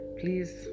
please